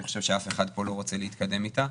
חושב שאף אחד פה לא רוצה להתקדם איתה,